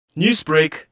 Newsbreak